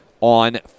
on